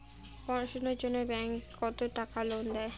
পড়াশুনার জন্যে ব্যাংক কত টাকা লোন দেয়?